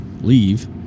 leave